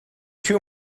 too